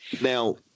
Now